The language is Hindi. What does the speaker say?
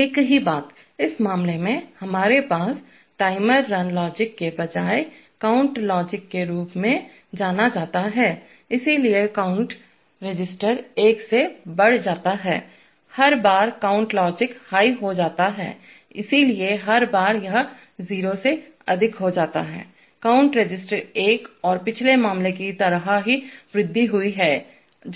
एक ही बात इस मामले में हमारे पास टाइमर रन लॉजिक के बजाय काउंट लॉजिक के रूप में जाना जाता है इसलिए काउंट रजिस्टर एक से बढ़ जाता है हर बार काउंट लॉजिक हाई हो जाता है इसलिए हर बार यह 0 से अधिक हो जाता है काउंट रजिस्टर एक और पिछले मामले की तरह ही वृद्धि हुई है